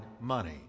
money